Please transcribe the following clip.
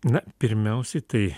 na pirmiausia tai